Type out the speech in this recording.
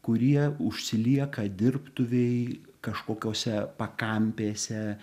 kurie užsilieka dirbtuvėj kažkokiose pakampėse